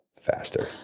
faster